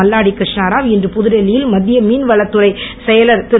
மல்லாடி கிருஷ்ணராவ் இன்று டெல்லியில் மத்திய மீன்வளத்துறை செயலர் திரு